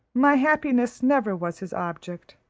my happiness never was his object.